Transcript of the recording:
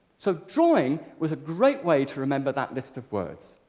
so drawing was a great way to remember that list of words.